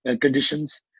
conditions